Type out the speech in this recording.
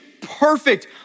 perfect